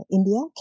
India